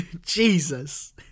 jesus